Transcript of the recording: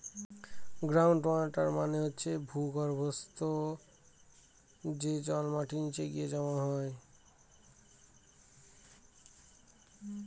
ground water মানে হচ্ছে ভূর্গভস্ত, যে জল মাটির নিচে গিয়ে জমা হয়